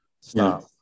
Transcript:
stop